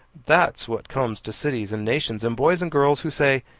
that's what comes to cities and nations, and boys and girls, who say,